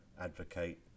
advocate